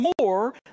more